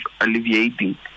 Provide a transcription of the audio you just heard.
alleviating